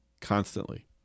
constantly